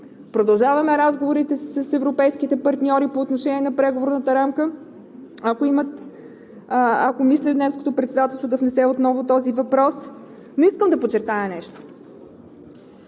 Продължаваме разговорите с европейските партньори по отношение на преговорната рамка, ако мисли Немското председателство да внесе отново този въпрос. Искам да подчертая нещо.